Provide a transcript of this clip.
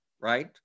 Right